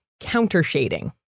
countershading